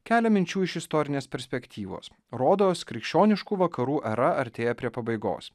kelia minčių iš istorinės perspektyvos rodos krikščioniškų vakarų era artėja prie pabaigos